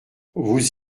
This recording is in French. vous